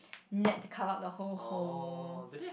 net to cover up up the whole hole